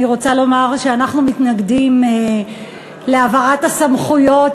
אני רוצה לומר שאנחנו מתנגדים להעברת הסמכויות,